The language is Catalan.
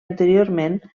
anteriorment